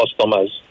customers